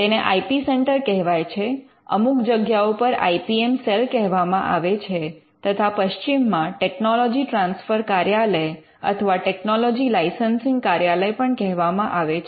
તેને I P centre કહેવાય છે અમુક જગ્યાઓ પર આઇ પી એમ સેલ કહેવામાં આવે છે તથા પશ્ચિમમાં ટેકનોલોજી ટ્રાન્સફરના કાર્યાલય અથવા ટેકનોલોજી લાઇસન્સિંગ કાર્યાલય પણ કહેવામાં આવે છે